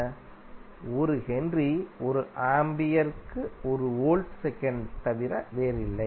1 henry ஒரு ஆம்பியருக்கு 1 volt second தவிர வேறில்லை